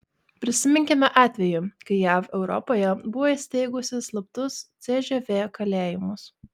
prisiminkime atvejį kai jav europoje buvo įsteigusi slaptus cžv kalėjimus